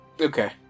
Okay